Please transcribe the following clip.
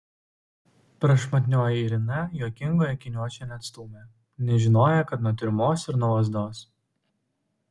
prašmatnioji irina juokingojo akiniuočio neatstūmė nes žinojo kad nuo tiurmos ir nuo lazdos